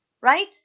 right